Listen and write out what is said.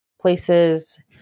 places